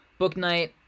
Booknight